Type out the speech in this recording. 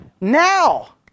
Now